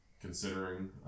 considering